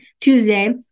Tuesday